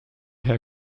herr